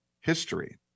history